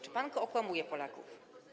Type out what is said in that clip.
Czy pan okłamuje Polaków?